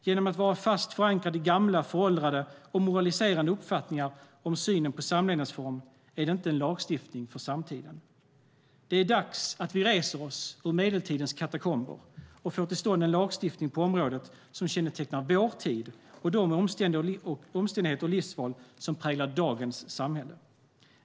Genom att vara fast förankrad i gamla, föråldrade och moraliserande uppfattningar om synen på samlevnadsform är det inte en lagstiftning för samtiden. Det är dags att vi reser oss ur medeltidens katakomber och får till stånd en lagstiftning på området som kännetecknar vår tid och de omständigheter och livsval som präglar dagens samhälle.